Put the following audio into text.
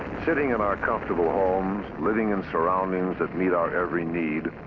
sitting in our comfortable homes, living in surroundings that meet our every need,